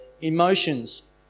emotions